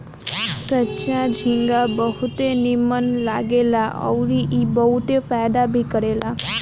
कच्चा झींगा बहुत नीमन लागेला अउरी ई बहुते फायदा भी करेला